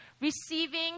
receiving